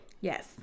Yes